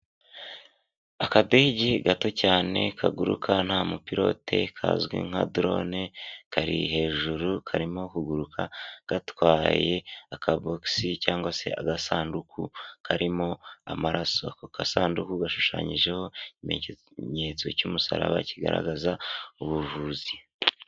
Akagege gato cyane kaguruka nta mupilote kazwi nka dorone kari hejuru karimo kuguruka gatwayeye akabogisi cyangwa se agasanduku karimo amaraso, ako gasanduku gashushanyijeho ikimenyetso cy'umusaraba kigaragaza ubuvuzi.